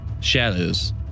shadows